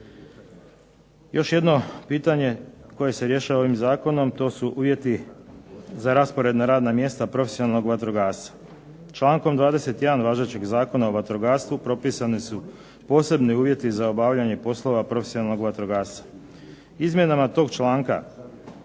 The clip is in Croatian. Još jedno pitanje koje se rješava ovim zakonom to su uvjeti za raspored na radna mjesta profesionalnog vatrogasca. Člankom 21. važećeg Zakona o vatrogastvu propisani su posebni uvjeti za obavljanje poslova profesionalnog vatrogasca. Izmjenama tog članka